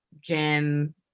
gym